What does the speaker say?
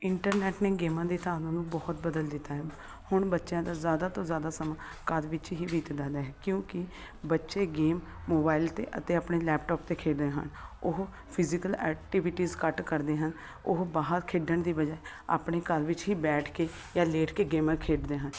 internet ਨੇ ਗੇਮਾਂ ਦੇ ਧਾਰਨਾਂ ਨੂੰ ਬਹੁਤ ਬਦਲ ਦਿੱਤਾ ਹੈ ਹੁਣ ਬੱਚਿਆਂ ਦਾ ਜ਼ਿਆਦਾ ਤੋਂ ਜ਼ਿਆਦਾ ਸਮਾਂ ਘਰ ਵਿੱਚ ਹੀ ਬੀਤਦਾ ਹੈ ਕਿਉਂਕਿ ਬੱਚੇ ਗੇਮ ਮੋਬਾਈਲ 'ਤੇ ਅਤੇ ਆਪਣੇ ਲੈਪਟਾਪ 'ਤੇ ਖੇਡਦੇ ਹਨ ਉਹ ਫਿਜੀਕਲ ਐਕਟੀਵਿਟੀਜ਼ ਘੱਟ ਕਰਦੇ ਹਨ ਉਹ ਬਾਹਰ ਖੇਡਣ ਦੀ ਬਜਾਏ ਆਪਣੇ ਘਰ ਵਿੱਚ ਹੀ ਬੈਠ ਕੇ ਜਾਂ ਲੇਟ ਕੇ ਗੇਮਾਂ ਖੇਡਦੇ ਹਨ